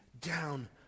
down